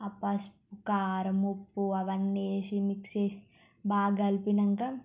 పసుపు కారం ఉప్పు అవన్నీ ఏసి మిక్స్ చేసి బాగా కలిపినంక